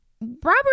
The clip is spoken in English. robert